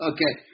Okay